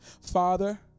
father